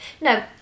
no